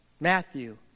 Matthew